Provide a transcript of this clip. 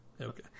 Okay